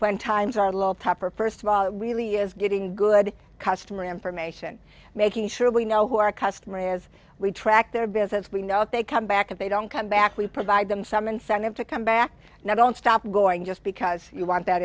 when times are a little tougher first of all really is getting good customer information making sure we know who our customer is we track their business we know if they come back if they don't come back we provide them some incentive to come back and i don't stop going just because you want that